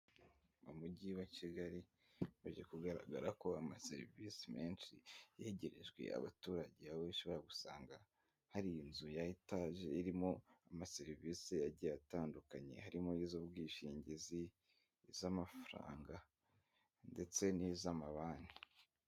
Umujyi wa Kigali waje kugaragara ko amaserivise menshi yegerejwe abaturage, aho ushobora gusanga hari inzu ya etaje irimo amaserivise agiye atandukanye, harimo iz'ubwishingizi, iz'amafaranga ndetse n'iz'amabanki.